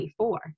24